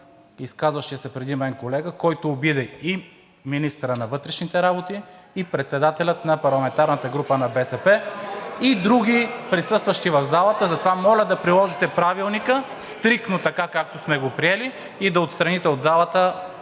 изказващия се преди мен колега, който обиди и министъра на вътрешните работи, и председателя на парламентарната група на БСП, и други присъстващи в залата. (Шум и реплики от ГЕРБ-СДС.) Затова моля да приложите Правилника стриктно, така както сме го приели, и да отстраните от залата